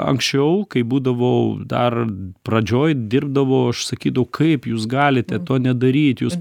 anksčiau kai būdavau dar pradžioj dirbdavau aš sakydavau kaip jūs galite to nedaryt jūs